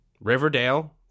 Riverdale